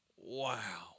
Wow